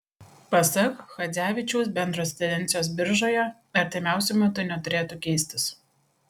pasak chadzevičiaus bendros tendencijos biržoje artimiausiu metu neturėtų keistis